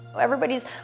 Everybody's